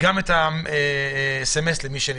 וגם סמ"ס למי שניתן.